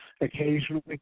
Occasionally